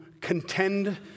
contend